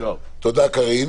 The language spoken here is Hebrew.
תודה קארין.